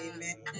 Amen